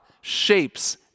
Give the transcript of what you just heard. shapes